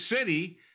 City